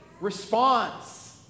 response